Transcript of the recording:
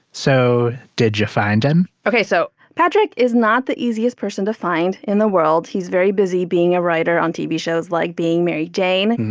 so did you find him? ok, so patrik is not the easiest person to find in the world. he's very busy being a writer on tv shows like being mary jane.